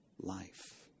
life